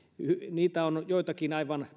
niitä on joitakin aivan